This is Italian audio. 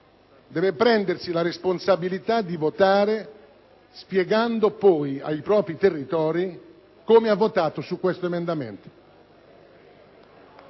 deve prendersi la responsabilità di spiegare poi sul territorio come ha votato su questo emendamento.